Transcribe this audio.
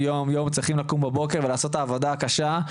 צריכים לקום בבוקר ולעשות את העבודה הקשה.